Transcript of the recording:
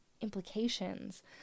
implications